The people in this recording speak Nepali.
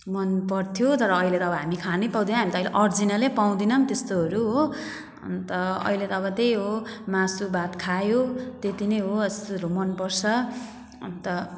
मन पर्थ्यो तर अहिले त अब हामी खानै पाउँदैनौँ अहिले त हामी ओर्जिनलै पाउँदैनौँ त्यस्तोहरू हो अन्त अहिले त अब त्यै हो मासु भात खायो त्यति नै हो यस्तोहरू मन पर्छ अनि त